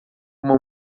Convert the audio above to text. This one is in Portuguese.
uma